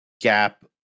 gap